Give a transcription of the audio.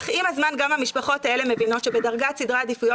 אך עם הזמן גם המשפחות האלה מבינות שבדרגת סדרי העדיפויות